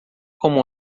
como